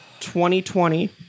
2020